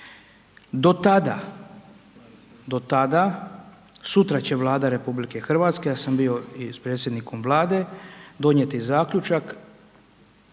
Do tada, sutra će Vlada RH, ja sam i sa predsjednikom Vlade, donijeti zaključak,